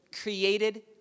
created